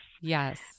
Yes